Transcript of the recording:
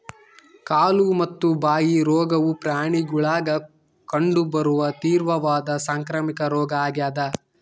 ಕಾಲು ಮತ್ತು ಬಾಯಿ ರೋಗವು ಪ್ರಾಣಿಗುಳಾಗ ಕಂಡು ಬರುವ ತೀವ್ರವಾದ ಸಾಂಕ್ರಾಮಿಕ ರೋಗ ಆಗ್ಯಾದ